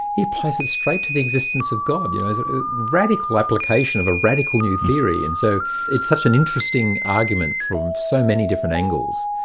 he places it straight to the existence of god. yeah a radical application of a radical new theory and so it's such an interesting argument from so many different angles.